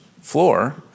floor